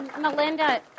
Melinda